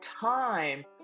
time